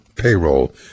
payroll